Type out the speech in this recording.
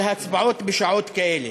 על ההצבעות בשעות כאלה.